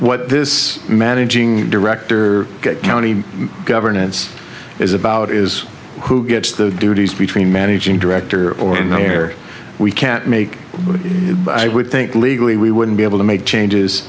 what this managing director county governance is about is who gets the duties between managing director or not here we can't make but i would think legally we wouldn't be able to make changes